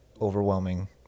overwhelming